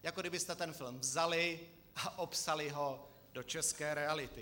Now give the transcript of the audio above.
Jako kdybyste ten film vzali a opsali ho do české reality.